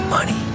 Money